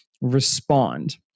respond